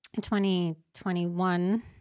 2021